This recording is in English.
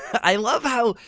i love how,